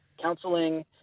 counseling